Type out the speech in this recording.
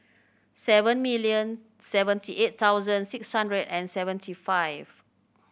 seven million seventy eight thousand six hundred and seventy five